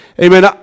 amen